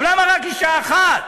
אבל למה רק אישה אחת?